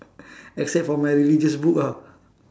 except for my religious book ah